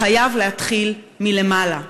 חייב להתחיל מלמעלה,